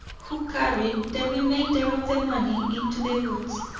who carried the remainder of the money into the woods.